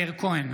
מאיר כהן,